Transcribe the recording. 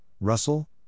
Russell